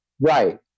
Right